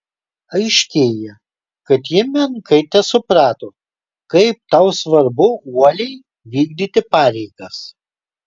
aiškėja kad ji menkai tesuprato kaip tau svarbu uoliai vykdyti pareigas